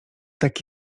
tak